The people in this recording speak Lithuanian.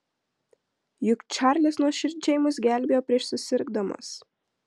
juk čarlis nuoširdžiai mus gelbėjo prieš susirgdamas